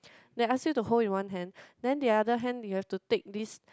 they ask you to hold in one hand then the other hand you have to take this